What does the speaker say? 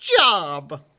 job